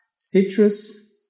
citrus